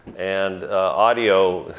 and audio,